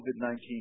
COVID-19